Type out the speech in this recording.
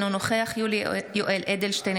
אינו נוכח יולי יואל אדלשטיין,